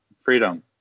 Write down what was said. freedom